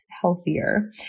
healthier